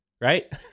right